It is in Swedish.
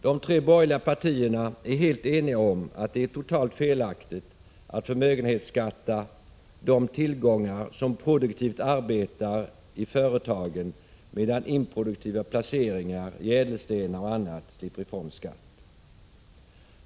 De tre borgerliga partierna är helt eniga om att det är totalt felaktigt att förmögenhetsbeskatta de tillgångar som produktivt arbetar i företagen, medan improduktiva placeringar i ädelstenar och annat slipper ifrån skatt.